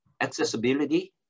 accessibility